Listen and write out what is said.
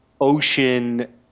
ocean